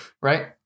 right